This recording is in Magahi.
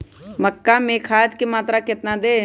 मक्का में खाद की मात्रा कितना दे?